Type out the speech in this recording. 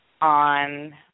on